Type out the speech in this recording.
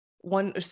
one